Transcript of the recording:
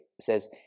says